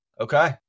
Okay